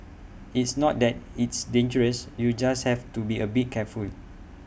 it's not that it's dangerous you just have to be A bit careful